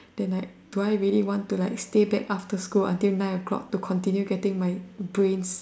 then I do I really want to like stay back after school until nine o-clock to continue getting my brains